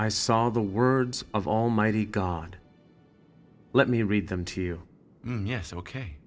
i saw the words of almighty god let me read them to you yes ok